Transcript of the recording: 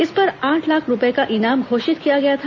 उस पर आठ लाख रूपये का इनाम घोषित किया गया था